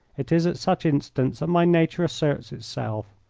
it is at such instants that my nature asserts itself.